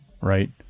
right